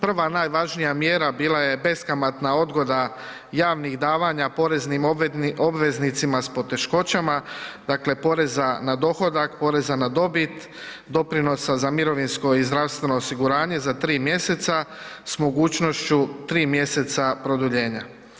Prva najvažnija mjera bila je beskamatna odgoda javnih davanja poreznim obveznicima s poteškoćama, dakle poreza na dohodak, poreza na dobit, doprinosa za mirovinsko i zdravstveno osiguranje za 3 mjeseca s mogućnošću 3 mjeseca produljenja.